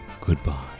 goodbye